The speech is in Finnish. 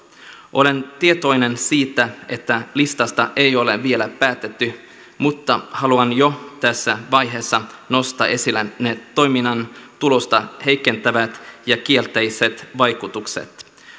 olen tietoinen siitä että listasta ei ole vielä päätetty mutta haluan jo tässä vaiheessa nostaa esille ne toiminnan tulosta heikentävät ja kielteiset vaikutukset